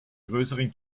größeren